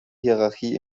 hierarchie